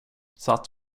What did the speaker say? satt